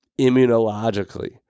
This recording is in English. immunologically